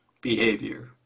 behavior